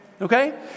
okay